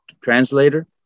translator